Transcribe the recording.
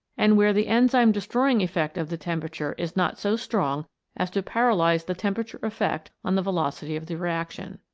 and where the enzyme destroying effect of the tem perature is not so strong as to paralyse the tem perature effect on the velocity of the reaction.